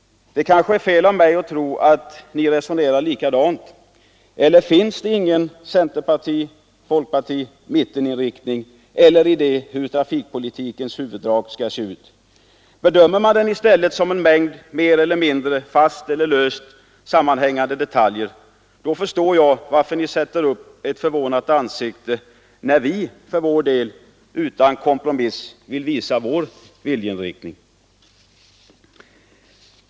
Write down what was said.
Det kanske är fel av mig att tro att ni resonerar likadant. Eller finns det ingen centerparti-, folkpartieller mitteninriktning eller idé om hur trafikpolitikens huvuddrag skall se ut? Bedömer man den i stället som en mängd mer eller mindre fast eller löst sammanhängande detaljer? Då förstår jag varför ni sätter upp ett förvånat ansikte när vi för vår del utan kompromiss vill visa vår viljeinriktning.